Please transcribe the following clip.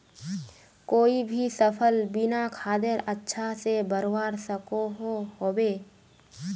कोई भी सफल बिना खादेर अच्छा से बढ़वार सकोहो होबे?